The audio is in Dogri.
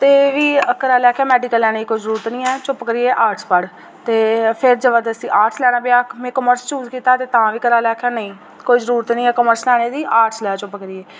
ते बी घरै आह्लें आखेआ मेडिकल लैने दी कोई जरूरत निं ऐ चुप्प करियै आर्ट्स पढ़ ते फिर जबरदस्ती आर्ट्स लैना पेआ में कॉमर्स चूज़ कीता तां बी घरा आह्लें आखेआ नेईं कोई जरूरत निं ऐ कॉमर्स लैने दी आर्ट्स लै चुप्प करियै